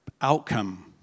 outcome